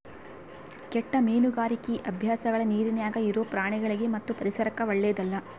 ಕೆಟ್ಟ ಮೀನುಗಾರಿಕಿ ಅಭ್ಯಾಸಗಳ ನೀರಿನ್ಯಾಗ ಇರೊ ಪ್ರಾಣಿಗಳಿಗಿ ಮತ್ತು ಪರಿಸರಕ್ಕ ಓಳ್ಳೆದಲ್ಲ